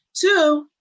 Two